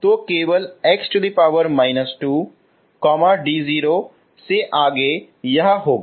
तो केवल x−2 d0 से आगे यह होगा